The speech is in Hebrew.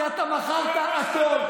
כי אתה מכרת הכול.